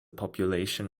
population